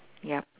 yup